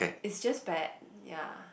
it's just bad yea